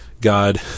god